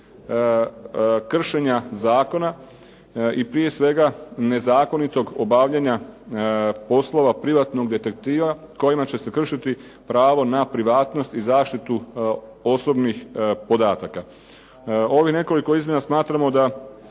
kršenja zakona i prije svega nezakonitog obavljanja poslova privatnog detektiva kojima će se kršiti pravo na privatnost i zaštitu osobnih podataka. Ovih nekoliko izmjena smatramo da